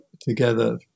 together